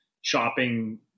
shopping